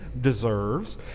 deserves